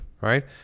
right